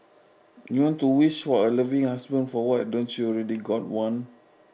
you want to wish for a loving husband for what don't you already got one